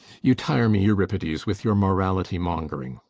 you tire me, euripides, with your morality mongering.